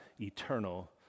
eternal